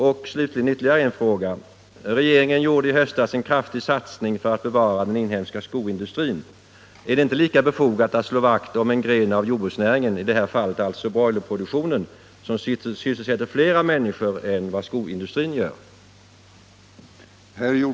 Jag har slutligen ytterligare en fråga. Regeringen gjorde i höstas en kraftig satsning för att bevara den inhemska skoindustrin. Är det inte lika befogat att slå vakt om en gren av jordbruksnäringen, i det här fallet broilerproduktionen, som sysselsätter fler människor än vad skoindustrin gör?